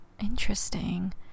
interesting